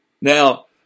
Now